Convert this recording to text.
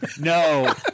No